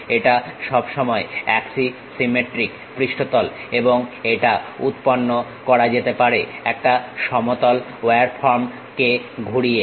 এটা সব সময় অ্যাক্সিসিমেট্রিক পৃষ্ঠতল এবং এটা উৎপন্ন করা যেতে পারে একটা সমতল ওয়ার ফর্ম কে ঘুরিয়ে